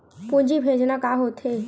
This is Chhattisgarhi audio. पूंजी भेजना का होथे?